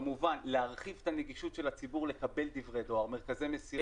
וכמובן להרחיב את הנגישות של הציבור לקבל דברי דואר מרכזי מסירה.